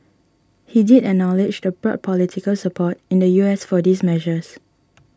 he did acknowledge the broad political support in the U S for these measures